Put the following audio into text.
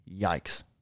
Yikes